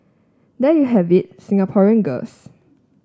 there you have it Singaporean girls